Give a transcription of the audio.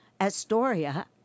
Astoria